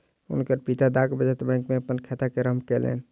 हुनकर पिता डाक बचत बैंक में अपन खाता के आरम्भ कयलैन